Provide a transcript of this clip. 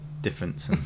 difference